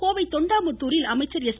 கோவை தொண்டாமுத்தூரில் அமைச்சர் எஸ்